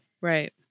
Right